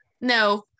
No